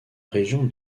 région